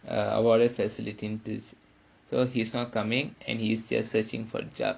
awar~ facility so he's not coming and he is still searching for a job